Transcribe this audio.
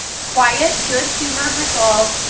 quiet good-humored resolve,